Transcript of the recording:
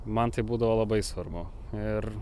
man tai būdavo labai svarbu ir